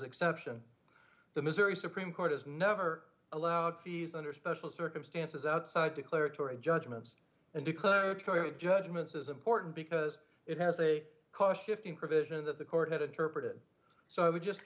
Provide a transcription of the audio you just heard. exception the missouri supreme court has never allowed fees under special circumstances outside declaratory judgments and declaratory judgments is important because it has a cost shifting provision that the court had interpreted so i would just